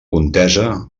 contesa